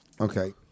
Okay